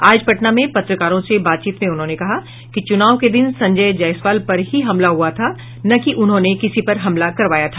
आज पटना में पत्रकारों से बातचीत में उन्होंने कहा कि चुनाव के दिन संजय जायसवाल पर ही हमला हुआ था न कि उन्होंने किसी पर हमला करवाया था